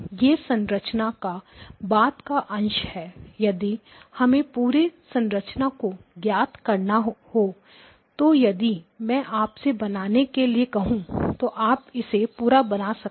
यह संरचना का बाद का अंश है यदि हमें पूरी संरचना को ज्ञात करना हो तो यदि मैं आप से बनाने के लिए कहूं तो आप इसे पूरा बना सकते